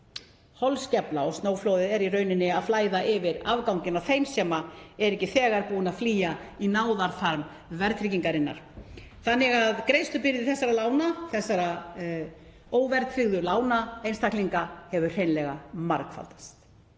holskefla og snjóflóðið er í rauninni að flæða yfir afganginn af þeim sem eru ekki þegar búnir að flýja í náðarfaðm verðtryggingarinnar, þannig að greiðslubyrði þessara óverðtryggðu lána einstaklinga hefur hreinlega margfaldast.